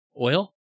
Oil